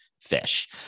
fish